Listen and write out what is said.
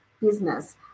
business